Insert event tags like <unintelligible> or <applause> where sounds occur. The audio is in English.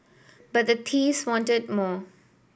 but the <unintelligible> wanted more